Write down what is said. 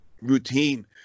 Routine